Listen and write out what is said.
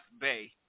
Bay